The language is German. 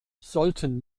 sollten